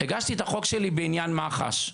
הגשתי את החוק שלי בעניין מח"ש,